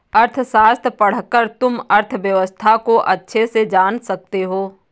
अर्थशास्त्र पढ़कर तुम अर्थव्यवस्था को अच्छे से जान सकते हो